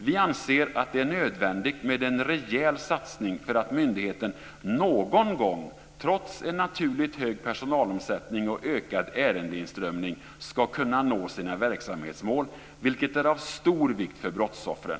Vi anser att det är nödvändigt med en rejäl satsning för att myndigheten någon gång, trots en naturligt hög personalomsättning och ökad ärendeinströmning, ska kunna nå sina verksamhetsmål, vilket är av stor vikt för brottsoffren.